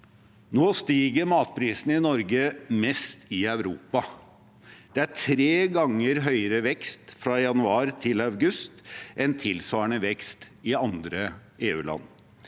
Nå stiger matprisene i Norge mest i Europa. Det er tre ganger høyere vekst fra januar til august enn tilsvarende vekst i EU-land.